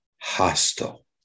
hostile